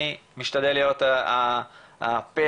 אני משתדל להיות הפה,